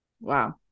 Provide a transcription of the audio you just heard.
Wow